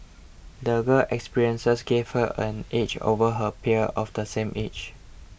the girl experiences gave her an edge over her peers of the same age